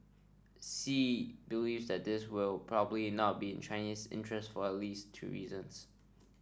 Xi believes that this will probably not be in Chinese interests for at least two reasons